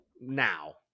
Now